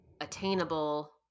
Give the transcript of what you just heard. attainable